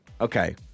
Okay